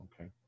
Okay